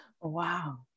Wow